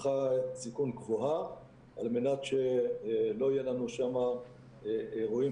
סיכון גבוהה על מנת שלא יהיו לנו אירועים